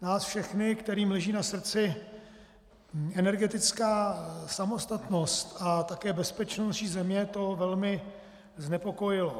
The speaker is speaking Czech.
Nás všechny, kterým leží na srdci energetická samostatnost a také bezpečnost naší země, to velmi znepokojilo.